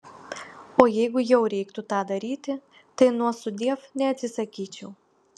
o jeigu jau reiktų tą daryti tai nuo sudiev neatsisakyčiau